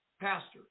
pastors